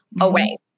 away